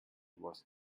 was